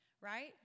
right